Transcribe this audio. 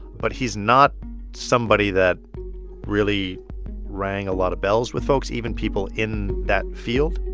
but he's not somebody that really rang a lot of bells with folks, even people in that field.